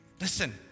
Listen